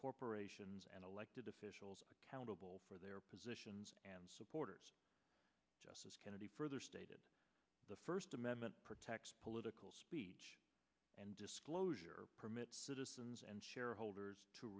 corporations and elected officials accountable for their positions and supporters justice kennedy further stated the first amendment protects political speech and disclosure permits citizens and shareholders to